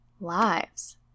lives